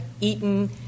eaten